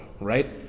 right